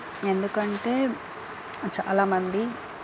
ఎందుకంటే చాలా మంది